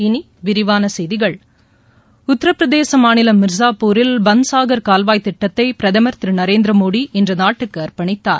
இனிவிரிவானசெய்திகள் உத்தரபிரதேசமாநிலம் மிர்சாப்பூரில் பன்சாகர் கால்வாய் திட்டத்தைபிரதமர் திருநரேந்திரமோடி இன்றுநாட்டுக்குஅர்ப்பணித்தார்